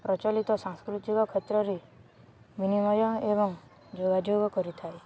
ପ୍ରଚଲିତ ସାଂସ୍କୃତିକ କ୍ଷେତ୍ରରେ ବିିନିମୟ ଏବଂ ଯୋଗାଯୋଗ କରିଥାଏ